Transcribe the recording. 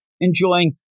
enjoying